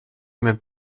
mir